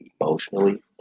emotionally